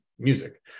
music